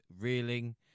reeling